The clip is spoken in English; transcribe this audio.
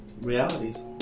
realities